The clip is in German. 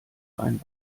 ein